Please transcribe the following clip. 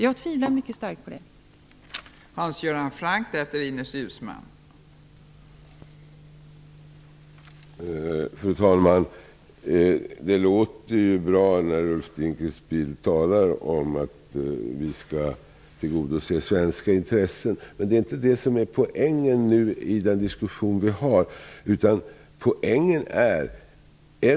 Jag tvivlar mycket starkt på detta.